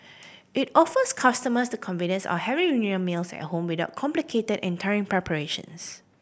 it offers customers the convenience are having reunion meals at home without complicated and tiring preparations